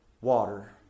water